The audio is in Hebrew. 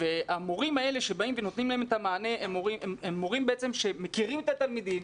והמורים האלה שבאים ונותנים להם את המענה הם מורים שמכירים את התלמידים,